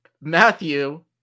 Matthew